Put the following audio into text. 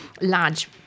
large